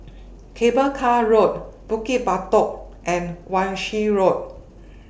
Cable Car Road Bukit Batok and Wan Shih Road